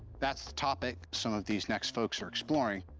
that's the topic some of these next folks are exploring,